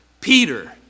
Peter